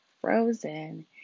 frozen